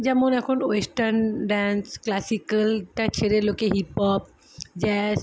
যেমন এখন western dance ক্লাসিকালটা ছেড়ে লোকে হিপ হপ জ্যাজ